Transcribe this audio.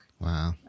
Wow